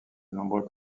nombreux